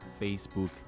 Facebook